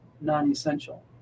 non-essential